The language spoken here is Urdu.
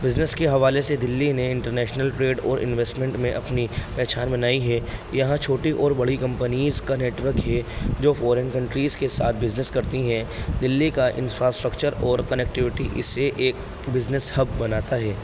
بزنس کے حوالے سے دلی نے انٹرنیشنل ٹریڈ اور انویسٹمنٹ میں اپنی پہچان بنائی ہے یہاں چھوٹی اور بڑی کمپنیز کا نیٹورک ہے جو فورن کنٹریز کے ساتھ بزنس کرتی ہیں دلی کا انفراسٹرکچر اور کنیکٹیوٹی اس سے ایک بزنس ہب بناتا ہے